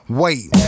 wait